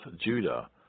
Judah